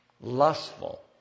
lustful